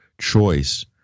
choice